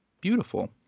beautiful